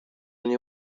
nie